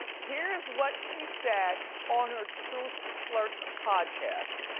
here's what she said on her truth flirts podcast.